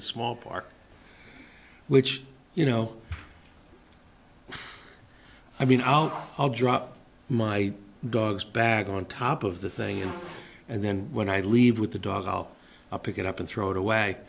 the small park which you know i mean i'll drop my dogs back on top of the thing and then when i leave with the dog i'll pick it up and throw it away